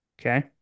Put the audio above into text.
Okay